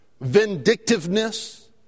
vindictiveness